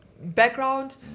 background